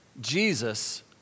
Jesus